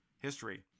history